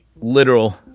literal